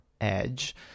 Edge